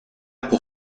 pour